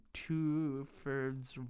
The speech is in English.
two-thirds